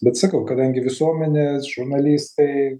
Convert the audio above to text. bet sakau kadangi visuomenės žurnalistai